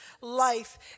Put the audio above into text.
life